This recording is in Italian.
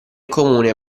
comune